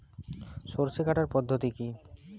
সরষে কাটার পদ্ধতি কি?